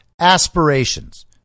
Aspirations